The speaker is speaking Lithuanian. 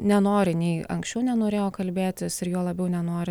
nenori nei anksčiau nenorėjo kalbėtis ir juo labiau nenori